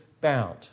bound